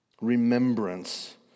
Remembrance